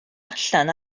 allan